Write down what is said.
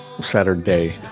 Saturday